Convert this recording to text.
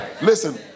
Listen